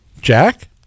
Jack